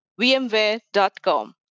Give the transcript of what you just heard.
vmware.com